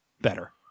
better